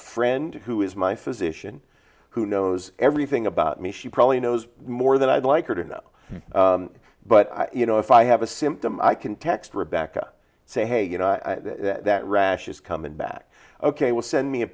friend who is my physician who knows everything about me she probably knows more than i'd like her to know but you know if i have a symptom i can text rebecca say hey you know that rash is coming back ok will send me a